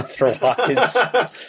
otherwise